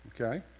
okay